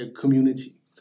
community